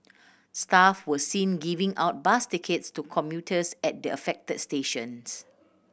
staff were seen giving out bus tickets to commuters at the affected stations